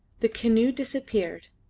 the canoe disappeared,